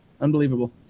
Unbelievable